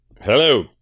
Hello